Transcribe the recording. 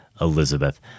Elizabeth